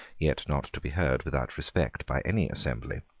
yet not to be heard without respect by any assembly,